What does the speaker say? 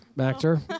actor